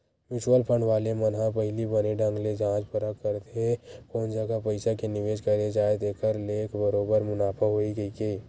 mutual fund वाले मन ह पहिली बने ढंग ले जाँच परख करथे कोन जघा पइसा के निवेस करे जाय जेखर ले बरोबर मुनाफा होही कहिके